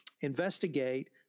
investigate